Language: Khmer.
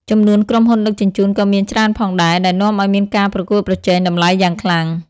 ចំនួនក្រុមហ៊ុនដឹកជញ្ជូនក៏មានច្រើនផងដែរ ដែលនាំឱ្យមានការប្រកួតប្រជែងតម្លៃយ៉ាងខ្លាំង។